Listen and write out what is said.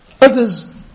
Others